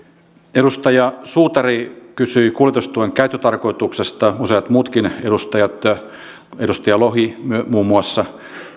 edustaja suutari kysyi kuljetustuen käyttötarkoituksesta useat muutkin edustajat edustaja lohi muun muassa